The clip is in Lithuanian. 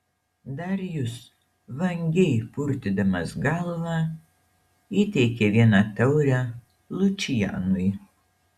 darijus vangiai purtydamas galvą įteikė vieną taurę lučianui